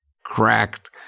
cracked